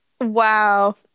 Wow